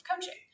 coaching